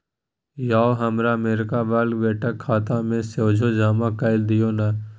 यौ हमर अमरीका बला बेटाक खाता मे सोझे जमा कए दियौ न